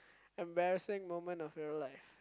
embarrassing moment of your life